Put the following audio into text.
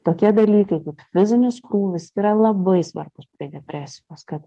tokie dalykai kaip fizinis krūvis yra labai svarbūs prie depresijos kad